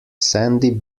sandy